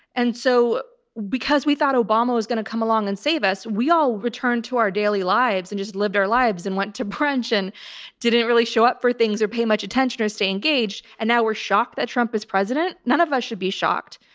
and so because we thought obama obama was going to come along and save us, we all returned to our daily lives and just lived our lives and went to brunch and didn't really show up for things or pay much attention or stay engaged. and now we're shocked that trump is president. none of us should be shocked.